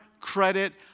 credit